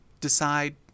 decide